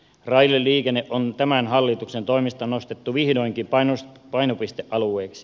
raideliikenne on tämän hallituksen toimesta nostettu vihdoinkin painopistealueeksi